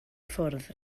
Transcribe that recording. ffwrdd